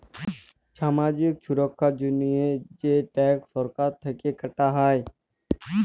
ছামাজিক ছুরক্ষার জন্হে যে ট্যাক্স সরকার থেক্যে কাটা হ্যয়